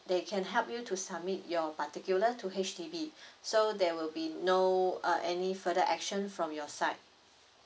they can help you to submit your particular to H_D_B so there will be no uh any further action from your side